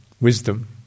wisdom